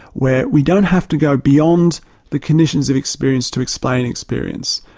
where we don't have to go beyond the conditions of experience to explain experience.